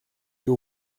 who